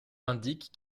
indique